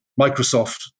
Microsoft